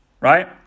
right